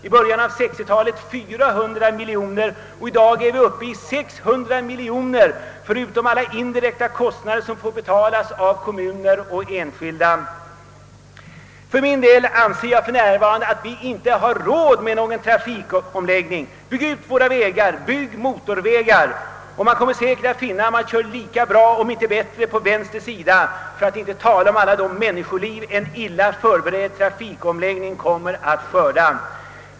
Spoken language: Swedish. I början av 1960-talet skulle den ha kostat 400 miljoner kronor och i dag är vi uppe i 600 miljoner förutom alla indirekta kostnader som får betalas av kommuner och enskilda. För min del anser jag att vi för närvarande inte har råd med någon trafikomläggning. Bygg ut våra vägar, bygg motorvägar! Man kommer säkert att finna att man kör lika bra om inte bättre på vänster sida — för att inte tala om alla de människoliv som en illa förberedd trafikomläggning kommer att skörda.